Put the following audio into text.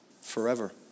forever